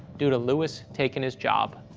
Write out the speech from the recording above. due to lewis taking his job.